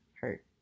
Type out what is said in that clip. hurt